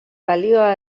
balioa